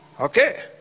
Okay